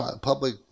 public